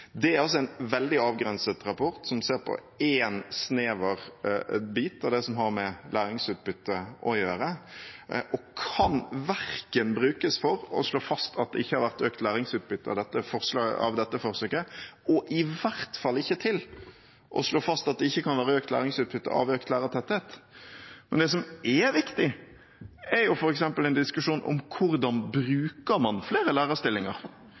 Det er altså en veldig avgrenset rapport, som ser på én snever bit av det som har med læringsutbytte å gjøre. Den kan ikke brukes til å slå fast at det ikke har vært økt læringsutbytte av dette forsøket – og i hvert fall ikke til å slå fast at det ikke kan være økt læringsutbytte av økt lærertetthet. Det som er viktig, er f.eks. en diskusjon om hvordan man bruker flere lærerstillinger.